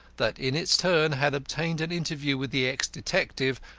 that in its turn had obtained an interview with the ex-detective,